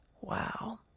Wow